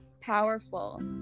powerful